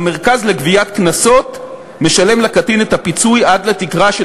המרכז לגביית קנסות משלם לקטין את הפיצוי עד לתקרה של